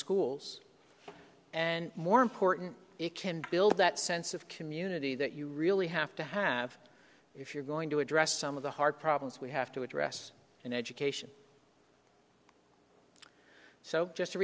schools and more important it can build that sense of community that you really have to have if you're going to address some of the hard problems we have to address in education so just